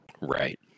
right